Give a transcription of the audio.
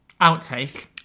Outtake